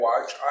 watch